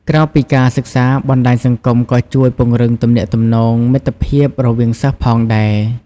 ក្រៅពីការសិក្សា បណ្ដាញសង្គមក៏ជួយពង្រឹងទំនាក់ទំនងមិត្តភាពរវាងសិស្សផងដែរ។